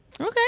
Okay